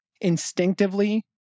instinctively